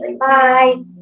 Bye